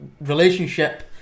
relationship